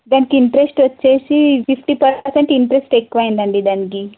దానికి ఇంట్రెస్ట్ వచ్చేసి fifty percent interest ఎక్కువయిందండి దానికి